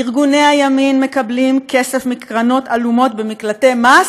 ארגוני הימין מקבלים כסף מקרנות עלומות במקלטי מס,